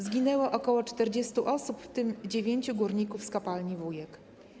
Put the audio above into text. Zginęło ok. 40 osób, w tym dziewięciu górników z kopalni Wujek.